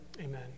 Amen